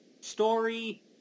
story